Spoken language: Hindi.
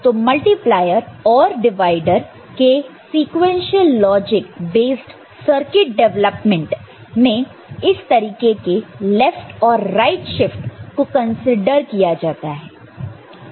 तो मल्टीप्लेयर और डिवाइडर के sequential logic based circuit development में इस तरीके के लेफ्ट और राइट शिफ्ट को कंसीडर किया जाता है